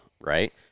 right